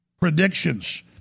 predictions